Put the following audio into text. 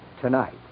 tonight